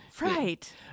Right